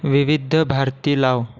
विविध भारती लाव